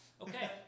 Okay